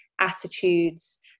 attitudes